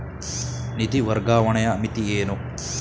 ನಿಧಿ ವರ್ಗಾವಣೆಯ ಮಿತಿ ಏನು?